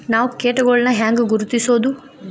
ನಾವ್ ಕೇಟಗೊಳ್ನ ಹ್ಯಾಂಗ್ ಗುರುತಿಸೋದು?